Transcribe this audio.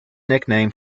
nickname